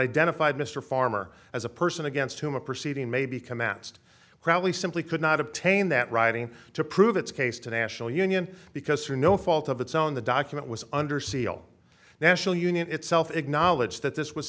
identified mr farmer as a person against whom a proceeding may become asked crowley simply could not obtain that writing to prove its case to national union because through no fault of its own the document was under seal national union itself acknowledged that this was